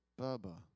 Bubba